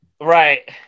Right